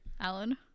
Alan